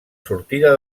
sortida